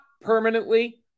permanently